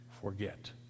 forget